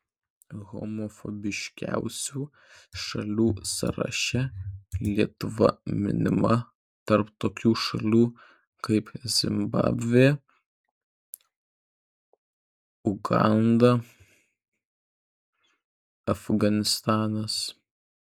homofobiškiausių šalių sąraše lietuva minima tarp tokių šalių kaip zimbabvė uganda afganistanas